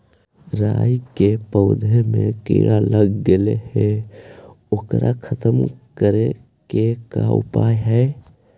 राई के पौधा में किड़ा लग गेले हे ओकर खत्म करे के का उपाय है?